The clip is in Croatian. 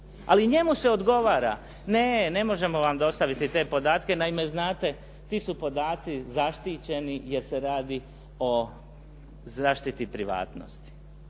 Ali njemu se odgovara "Ne, ne možemo vam dostaviti te podatke. Naime, znate ti su podaci zaštićeni jer se radi o zaštiti privatnosti.".